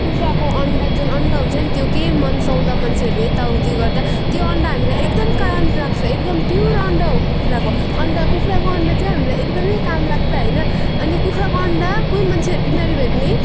कुखुराको अन्डा जुन अन्डा हुन्छ नि त्यो के मन्साउँदा मान्छेहरूले यताउति गर्दा त्यो अन्डा हामीलाई एकदम काम लाग्छ एकदम प्योर अन्डा हो कुखुराको अन्डा कुखुराको अन्डा चाहिँ हामीलाई एकदमै काम लाग्छ होइन अनि कुखुराको अन्डा कोही मान्छेहरू बिमारी भयो भने